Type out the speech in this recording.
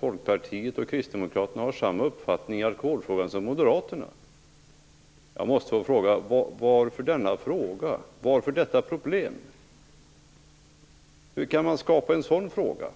Folkpartiet och Kristdemokraterna inte har samma uppfattning i alkoholfrågorna som Moderaterna. Varför är detta ett problem? Hur kan man skapa en sådan fråga?